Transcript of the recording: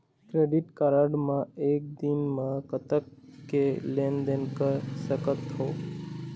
Credit card मे एक दिन म कतक के लेन देन कर सकत हो?